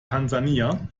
tansania